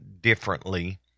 differently